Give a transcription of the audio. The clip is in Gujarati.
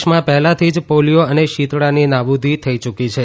દેશમાં પહેલાથી જ પોલિયો અને શીતળાની નાબૂદી થઇ ગઇ છે